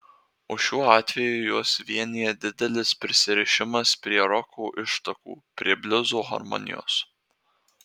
o šiuo atveju juos vienija didelis prisirišimas prie roko ištakų prie bliuzo harmonijos